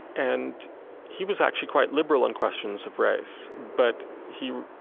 and he was actually quite liberal on questions of race but he,